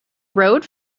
rode